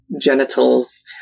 genitals